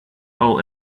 all